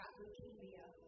leukemia